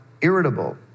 irritable